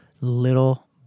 little